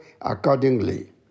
accordingly